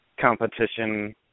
competition